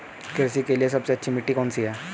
कृषि के लिए सबसे अच्छी मिट्टी कौन सी है?